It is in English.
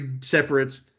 separate